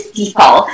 people